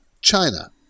China